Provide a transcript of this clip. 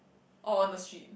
or on the street